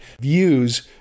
views